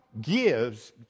gives